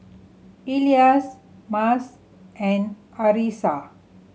Elyas Mas and Arissa